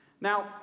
Now